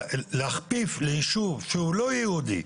להכפיף ליישוב שהוא לא יהודי,